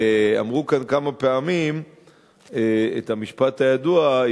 ואמרו כאן כמה פעמים את המשפט הידוע: